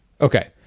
Okay